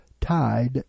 tied